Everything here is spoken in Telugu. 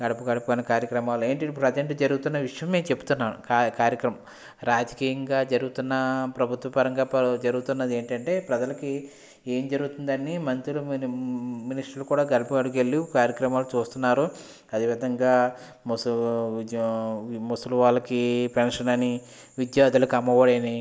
గడపగడప అని కార్యక్రమాలు ఏంటి ఇప్పుడు అర్జెంటుగ జరుగుతున్న విషయం నేను చెబుతున్నాను కార్య కార్యక్రమం రాజకీయంగా జరుగుతున్న ప్రభుత్వ పరంగా జరుగుతున్నది ఏంటంటే ప్రజలకి ఏం జరుగుతుంది అని మంత్రులు మినిస్టర్లు కూడా గడప గడపకు వెళ్ళి కార్యక్రమాలు చూస్తున్నారు అదే విధంగా ముస విద్ ముసలి వాళ్ళకి పెన్షన్ అని విద్యార్థులకు అమ్మఒడి అని